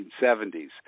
1970s